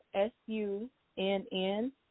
S-U-N-N